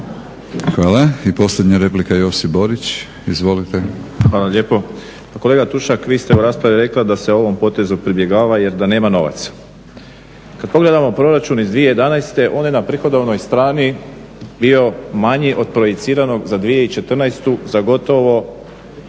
Hvala. I posljednja replika, Josip Borić. Izvolite. **Borić, Josip (HDZ)** Hvala lijepo. Pa kolega Tušak, vi ste u raspravi rekli da se ovom potezu pribjegava jer da nema novaca. Kad pogledamo proračun iz 2011. on je na prihodovnoj strani bio manji od projiciranog za 2014. za gotovo